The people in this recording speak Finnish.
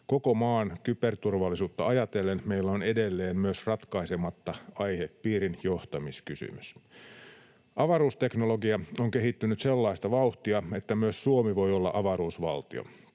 Koko maan kyberturvallisuutta ajatellen meillä on edelleen myös ratkaisematta aihepiirin johtamiskysymys. Avaruusteknologia on kehittynyt sellaista vauhtia, että myös Suomi voi olla avaruusvaltio